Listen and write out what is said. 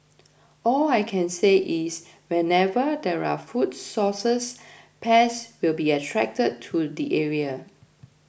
all I can say is wherever there are food sources pests will be attracted to the area